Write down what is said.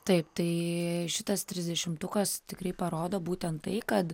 taip tai šitas trisdešimtukas tikrai parodo būtent tai kad